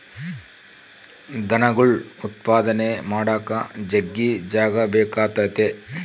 ದನಗುಳ್ ಉತ್ಪಾದನೆ ಮಾಡಾಕ ಜಗ್ಗಿ ಜಾಗ ಬೇಕಾತತೆ